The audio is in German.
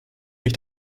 mich